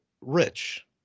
rich